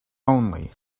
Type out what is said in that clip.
only